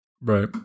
Right